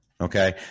Okay